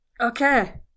Okay